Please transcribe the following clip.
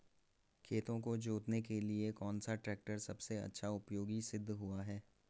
खेतों को जोतने के लिए कौन सा टैक्टर सबसे अच्छा उपयोगी सिद्ध हुआ है?